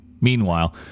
meanwhile